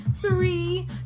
three